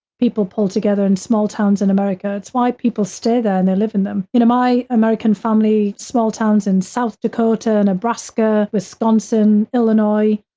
people people in small towns in america. it's why people stay there and they live in them. you know, my american family, small towns in south dakota, nebraska, wisconsin, illinois,